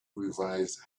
revised